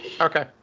Okay